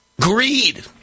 Greed